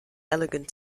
elegant